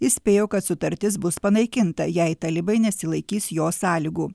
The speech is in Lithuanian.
įspėjo kad sutartis bus panaikinta jei talibai nesilaikys jo sąlygų